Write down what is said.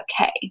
okay